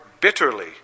bitterly